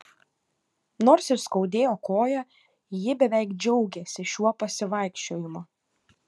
nors ir skaudėjo koją ji beveik džiaugėsi šiuo pasivaikščiojimu